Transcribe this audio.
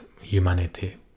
humanity